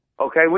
okay